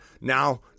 Now